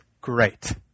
great